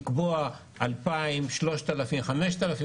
לקבוע 2,000, 3,000, 5,000 עובדים,